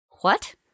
What